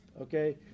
okay